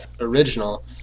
original